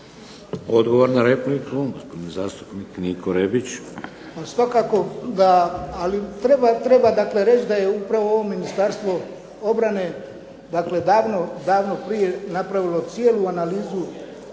Odgovor na repliku, gospodin zastupnik Niko Rebić.